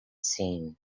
seen